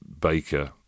baker